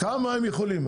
כמה הם יכולים?